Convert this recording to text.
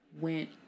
went